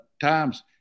times